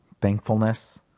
thankfulness